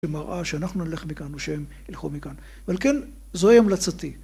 במראה שאנחנו נלך מכאן או שהם ילכו מכאן, אבל כן, זוהי המלצתי.